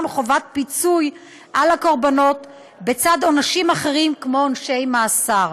חובת פיצוי לקורבנות בצד עונשים אחרים כמו עונשי מאסר.